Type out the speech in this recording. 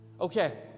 okay